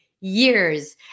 years